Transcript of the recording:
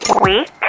Week